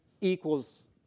equals